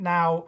Now